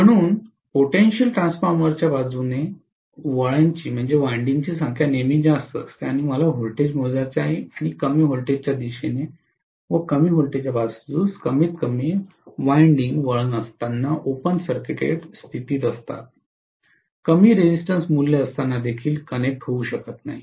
म्हणून पोटेंशियल ट्रान्सफॉर्मरच्या बाजूकडे वळाची संख्या नेहमीच जास्त असते आणि मला वोल्टेज मोजायचे आहे आणि कमी वोल्टेजच्या दिशेने व कमी व्होल्टेज बाजूस कमीतकमी वळण असताना ओपन सर्किटेड स्थितीत असतात कमी रेजिस्टेंस मूल्य असताना देखील कनेक्ट होऊ शकत नाही